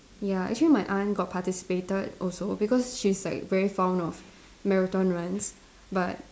ya actually my aunt got participated also because she's like very fond of marathon runs but